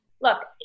look